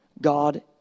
God